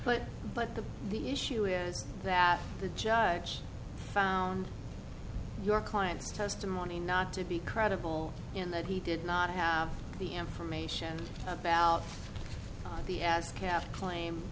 but but the the issue is that the judge found your client's testimony not to be credible and that he did not have the information about the ascap claim